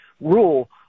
rule